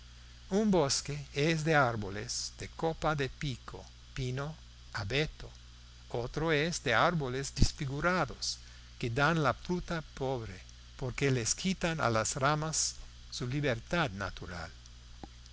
un bosque es de árboles de copa de pico pino abeto otro es de árboles desfigurados que dan la fruta pobre porque les quitan a las ramas su libertad natural